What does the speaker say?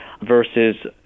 versus